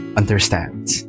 understands